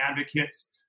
advocates